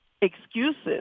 excuses